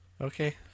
Okay